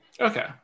Okay